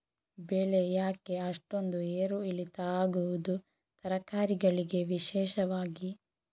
ಬೆಳೆ ಯಾಕೆ ಅಷ್ಟೊಂದು ಏರು ಇಳಿತ ಆಗುವುದು, ತರಕಾರಿ ಗಳಿಗೆ ವಿಶೇಷವಾಗಿ?